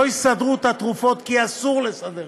לא יסדרו את התרופות כי אסור לסדר,